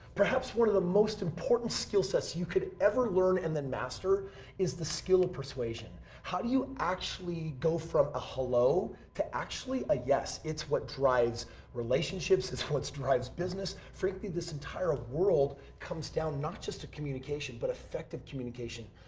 perhaps one of the most important skill sets you could ever learn and then master is the skill persuasion. how do you actually go from a hello to actually a yes. it's what drives relationships, it's what drives business. frankly, this entire world comes down not just to communication but effective communication.